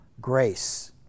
grace